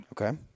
Okay